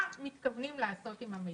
מה מתכוונים לעשות עם המידע?